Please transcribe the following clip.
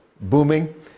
booming